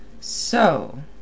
So